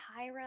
tyra